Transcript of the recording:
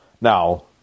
Now